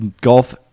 golf –